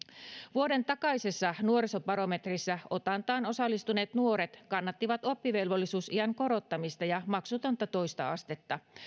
vuoden takaisessa nuorisobarometrissa otantaan osallistuneet nuoret kannattivat oppivelvollisuusiän korottamista ja maksutonta toista astetta